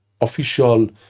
official